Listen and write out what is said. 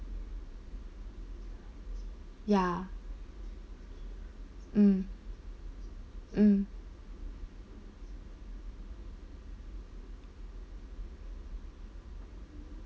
ya mm mm